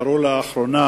שקרו לאחרונה,